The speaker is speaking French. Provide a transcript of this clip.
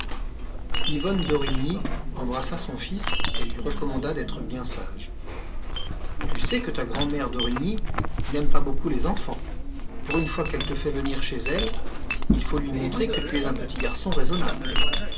vonne d'origny embrassa son fils et lui recommanda d'être bien sage tu sais que ta grand-mère d'origny n'aime pas beaucoup les enfants pour une fois qu'elle te fait venir chez elle il faut lui montrer que tu es un petit garçon raisonnable